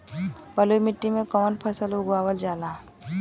बलुई मिट्टी में कवन फसल उगावल जाला?